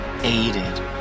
aided